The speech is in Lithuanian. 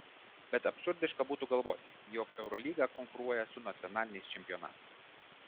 bet absurdiška būtų galvoti jog eurolyga konkuruoja su nacionaliniais čempionatais